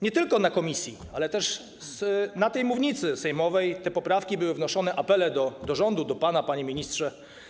Nie tylko w komisji, ale też na tej mównicy sejmowej te poprawki były wnoszone, były apele do rządu, do pana, panie ministrze.